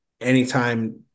Anytime